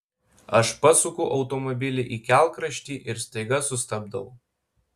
aš pasuku automobilį į kelkraštį ir staiga sustabdau